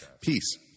Peace